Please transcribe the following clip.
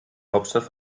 hauptstadt